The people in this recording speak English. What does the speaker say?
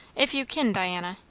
if you kin, diana,